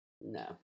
No